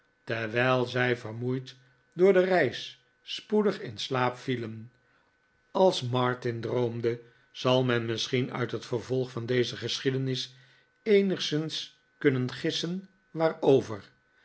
terwijl zij vermoeid door de reis spoedig in slaap vielen als martin droomde zal men misschien uit het vervolg van deze geschiedenis eenigszins kunnen gissen